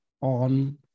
on